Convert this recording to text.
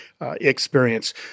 experience